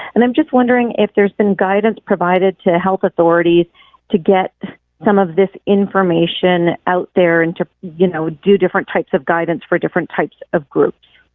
and i'm just wondering if there's been guidance provided to health authorities to get some of this information out there and you know do different types of guidance for different types of groups.